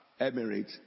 Emirates